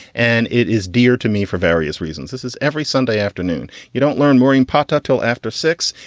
and it is dear to me for various reasons. this is every sunday afternoon. you don't learn morning pot until after six